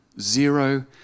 zero